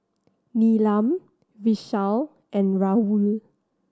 Neelam Vishal and Rahul